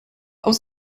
aus